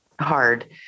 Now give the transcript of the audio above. hard